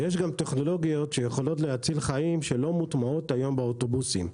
ויש גם טכנולוגיות שיכולות להציל חיים שלא מוטמעות היום באוטובוסים.